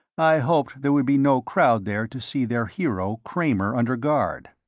i hoped there would be no crowd there to see their hero kramer under guard.